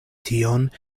tion